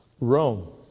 Rome